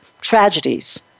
tragedies